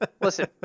listen